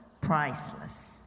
priceless